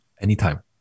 Anytime